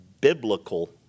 biblical